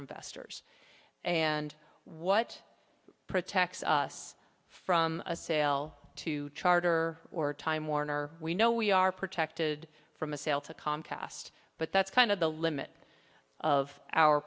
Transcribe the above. investors and what protects us from a sale to charter or time warner we know we are protected from a sale to comcast but that's kind of the limit of our